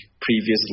previously